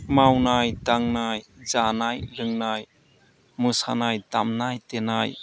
मावनाय दांनाय जानाय लोंनाय मोसानाय दामनाय देनाय